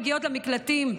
מגיעות למקלטים,